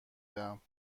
دهم